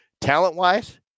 talent-wise